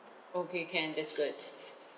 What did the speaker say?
okay can that's good